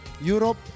Europe